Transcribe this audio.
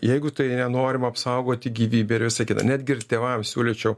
jeigu tai nenorima apsaugoti gyvybė ir visa kita netgi ir tėvam siūlyčiau